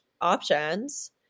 options